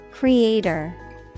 Creator